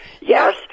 Yes